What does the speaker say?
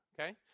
okay